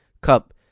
Cup